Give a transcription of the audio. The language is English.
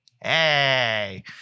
hey